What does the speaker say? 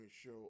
show